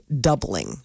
doubling